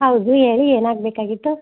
ಹೌದು ಹೇಳಿ ಏನಾಗಬೇಕಾಗಿತ್ತು